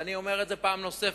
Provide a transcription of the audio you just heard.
ואני אומר את זה פעם נוספת,